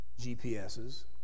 GPSs